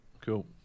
cool